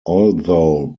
although